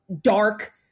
dark